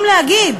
בחוצפה חסרת תקדים,